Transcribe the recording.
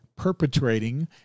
perpetrating